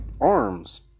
arms